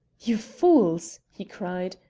you fools! he cried.